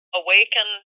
awaken